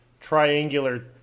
triangular